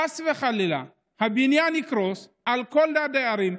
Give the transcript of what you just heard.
אם חס וחלילה הבניין יקרוס על כל הדיירים,